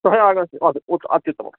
सह आगच्छति अ उ अत्युत्तमं